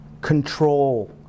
control